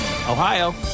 Ohio